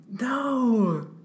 No